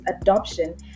Adoption